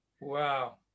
Wow